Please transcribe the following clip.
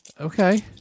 Okay